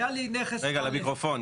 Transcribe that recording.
היה לי נכס פלוני,